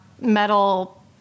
metal